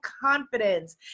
confidence